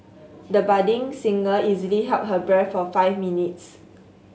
the budding singer easily held her breath for five minutes